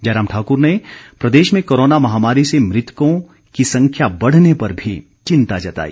जयराम ठाक्र ने प्रदेश में कोरोना महामारी से मृतकों की संख्या बढ़ने पर भी चिंता जताई